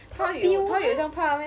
他有他有将怕 meh